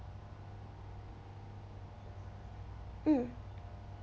mm